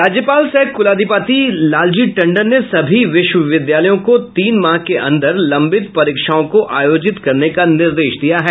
राज्यपाल सह कुलाधिपति लालजी टंडन ने सभी विश्वविद्यालयों को तीन माह के अंदर लंबित परीक्षाओं को आयोजित करने का निर्देश दिया है